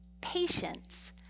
patience